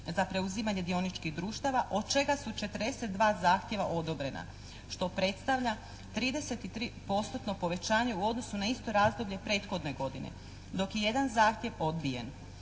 za preuzimanje dioničkih društava od čega su 42 zahtjeva odobrena što predstavlja 33 postotno povećanje u odnosu na isto razdoblje prethodne godine dok je jedan zahtjev odbijen.